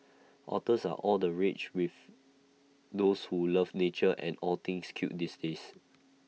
otters are all the rage with those who love nature and all things cute these days